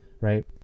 right